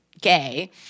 gay